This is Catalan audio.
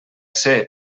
ser